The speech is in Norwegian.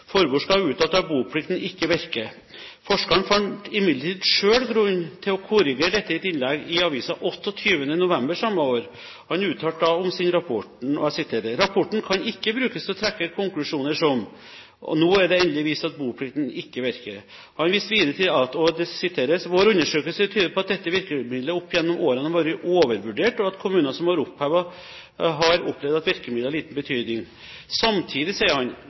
skal ha uttalt at boplikten ikke virker. Forskeren fant imidlertid selv grunn til å korrigere dette i et innlegg i avisen 28. november samme år. Han uttalte da om sin rapport: «Rapporten kan ikke brukes til å trekke konklusjoner som: «nå er det endelig vist at boplikten ikke virker».» Han viste videre til: «Vår undersøkelse tyder på at dette virkemidlet opp gjennom årene har vært overvurdert og at kommuner som har opphevet har opplevd at virkemidlet hadde liten betydning. Samtidig